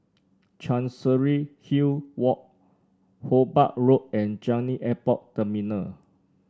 Chancery Hill Walk Hobart Road and Changi Airport Terminal